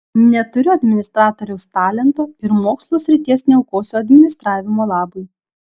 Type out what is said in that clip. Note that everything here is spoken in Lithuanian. neturiu administratoriaus talento ir mokslo srities neaukosiu administravimo labui